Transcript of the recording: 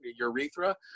urethra